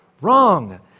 Wrong